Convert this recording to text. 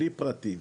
בלי פרטים.